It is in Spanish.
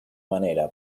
manera